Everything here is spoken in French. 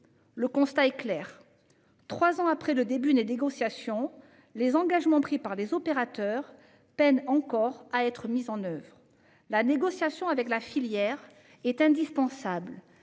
Le constat est clair : trois ans après le début des négociations, les engagements pris par les opérateurs peinent encore à être mis en oeuvre. La négociation avec la filière est indispensable,